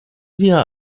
via